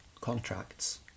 contracts